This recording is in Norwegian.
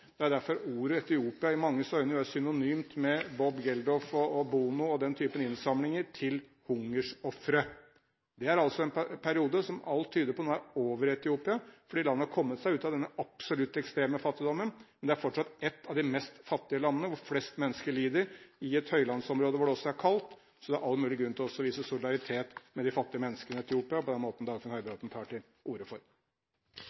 Det er derfor Etiopia i manges øyne er synonymt med f.eks. Bob Geldofs og Bonos innsamlinger til hungersofre. Det er altså en periode som nå alt tyder på er over i Etiopia, fordi landet har kommet seg ut av denne absolutt ekstreme fattigdommen. Men det er fortsatt et av de fattigste landene, hvor flest mennesker lider, i et høylandsområde hvor det også er kaldt. Så det er all mulig grunn til å vise solidaritet med de fattige menneskene i Etiopia, på den måten